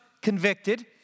convicted